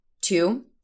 two